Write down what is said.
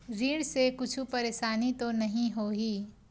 ऋण से कुछु परेशानी तो नहीं होही?